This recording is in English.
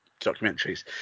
documentaries